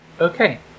Okay